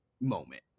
moment